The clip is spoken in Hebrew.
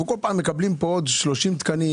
אנחנו בכל פעם מקבלים פה עוד 30 תקנים,